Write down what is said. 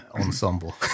ensemble